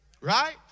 Right